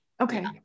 okay